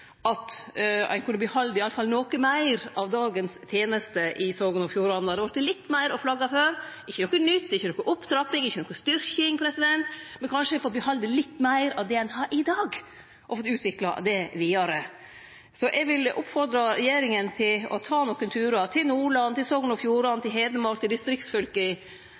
at ein kunne behalde i alle fall noko meir av dagens tenester i Sogn og Fjordane. Då hadde det vore litt meir å flagge for. Det er ikkje noko nytt, det er ikkje ei opptrapping, det er ikkje ei styrking, men kanskje ein hadde fått behalde litt meir av det ein har i dag, og fått utvikla det vidare. Så eg vil oppfordre regjeringa til å ta nokre turar til Nordland, til Sogn og Fjordane, til